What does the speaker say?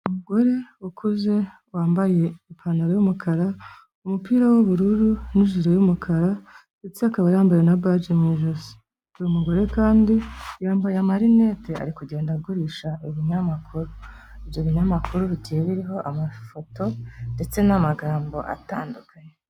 Umugore ukuze, wambaye ipantaro y'umukara, umupira w'ubururu' n'ijire y'umukara ndetse akaba yambaye na baji mu ijosi, uyu mugore kandi yambaye amarinete, ari kugenda agurisha ibinyamakuru, ibyo binyamakuru bigiye biriho amafoto ndetse n'amagambo atandukanye.